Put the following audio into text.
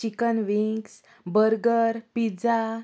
chicken wings burger pizza